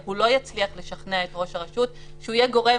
שהוא לא יצליח לשכנע את ראש הרשות שהוא יהיה גורם